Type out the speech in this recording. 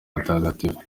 hatagatifu